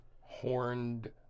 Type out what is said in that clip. horned